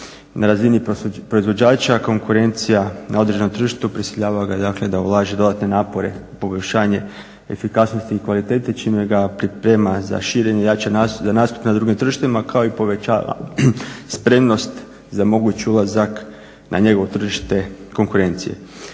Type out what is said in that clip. Na razini proizvođača konkurencija na određenom tržištu prisiljava ga dakle da ulaže dodatne napore u poboljšanje efikasnosti i kvalitete čime ga priprema za širenje i jača za nastup na drugim tržištima kao i povećava spremnost za moguć ulazak na njegovo tržište konkurencije.